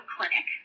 Clinic